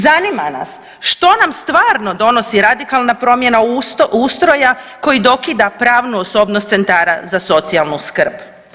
Zanima nas, što nam stvarno donosi radikalna promjena ustroja koji dokida pravnu osobnost centara za socijalnu skrb?